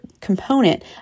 component